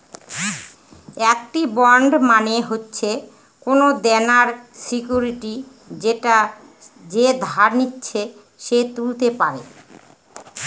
একটি বন্ড মানে হচ্ছে কোনো দেনার সিকুইরিটি যেটা যে ধার নিচ্ছে সে তুলতে পারে